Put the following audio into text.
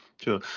Sure